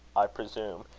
i presume,